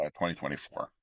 2024